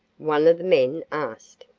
one of the men asked.